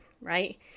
right